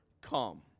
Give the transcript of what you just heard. come